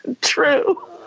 true